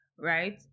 Right